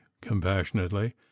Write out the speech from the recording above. compassionately